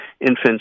infants